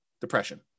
depression